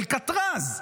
אלקטרז.